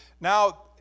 Now